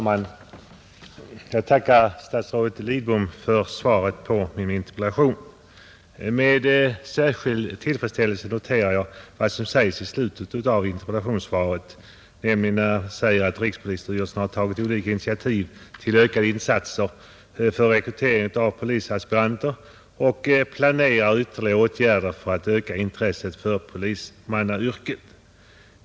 Fru talman! Jag tackar statsrådet Lidbom för svaret på min interpellation. Med särskild tillfredsställelse noterar jag vad som sägs i slutet av interpellationssvaret, nämligen att rikspolisstyrelsen har tagit olika initiativ till ökade insatser för rekrytering av polisaspiranter och planerar ytterligare åtgärder för att öka intresset för polismansyrket.